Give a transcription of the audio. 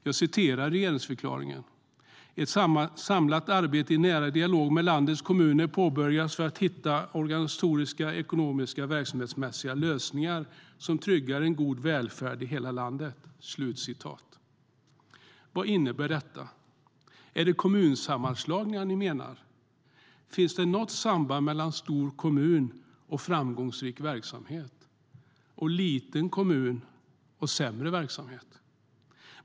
Jag läser ur regeringsförklaringen: "Ett samlat arbete i nära dialog med landets kommuner påbörjas för att hitta organisatoriska, ekonomiska och verksamhetsmässiga lösningar som tryggar en god välfärd i hela landet." Vad innebär det? Är det kommunsammanslagningar ni avser? Finns det något samband mellan stor kommun och framgångsrik verksamhet och liten kommun och sämre verksamhet?